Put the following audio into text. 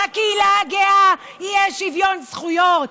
שלקהילה הגאה יהיה שוויון זכויות.